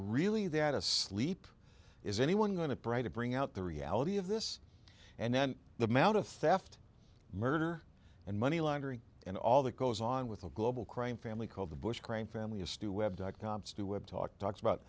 really that asleep is anyone going to pray to bring out the reality of this and then the mount of theft murder and money laundering and all that goes on with a global crime family called the bush crime family